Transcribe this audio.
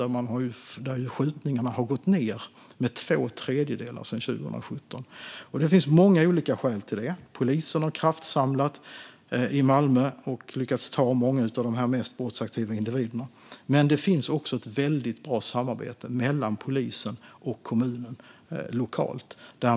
Där har skjutningarna gått ned med två tredjedelar sedan 2017. Det finns många olika orsaker till det. Polisen har kraftsamlat i Malmö och lyckats ta många av de mest brottsaktiva individerna. Men det finns också ett väldigt bra samarbete mellan polisen och kommunen lokalt.